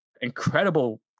incredible